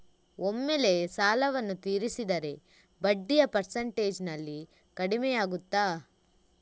ಒಮ್ಮೆಲೇ ಸಾಲವನ್ನು ತೀರಿಸಿದರೆ ಬಡ್ಡಿಯ ಪರ್ಸೆಂಟೇಜ್ನಲ್ಲಿ ಕಡಿಮೆಯಾಗುತ್ತಾ?